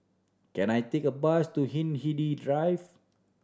can I take a bus to Hindhede Drive